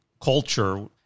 culture